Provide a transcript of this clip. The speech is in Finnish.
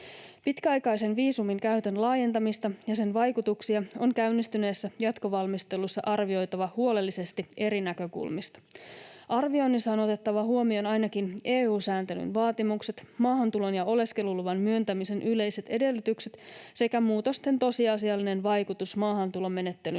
Pitkäaikaisen viisumin käytön laajentamista ja sen vaikutuksia on käynnistyneessä jatkovalmistelussa arvioitava huolellisesti eri näkökulmista. Arvioinnissa on otettava huomioon ainakin EU-sääntelyn vaatimukset, maahantulon ja oleskeluluvan myöntämisen yleiset edellytykset sekä muutosten tosiasiallinen vaikutus maahantulomenettelyn kestoon.